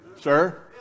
sir